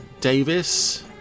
Davis